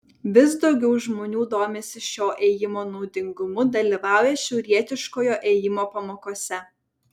vis daugiau žmonių domisi šio ėjimo naudingumu dalyvauja šiaurietiškojo ėjimo pamokose